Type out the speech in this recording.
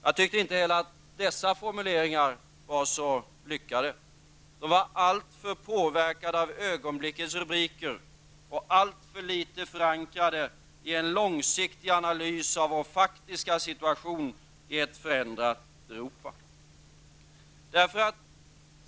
Jag tyckte inte heller att dessa formuleringar var så lyckade. De var alltför påverkade av ögonblickets rubriker och alltför litet förankrade i en långsiktig analys av vår faktiska situation i ett förändrat Europa.